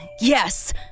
yes